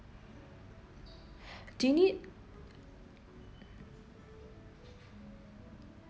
do you need